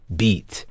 beat